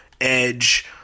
Edge